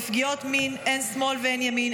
בפגיעות מין אין שמאל ואין ימין,